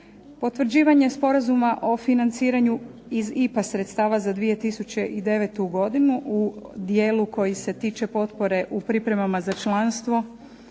Potvrđivanje Sporazuma o financiranju iz IPA sredstava za 2009. godinu u dijelu koji se tiče potpore u pripremama za članstvo,